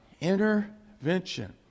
intervention